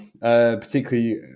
particularly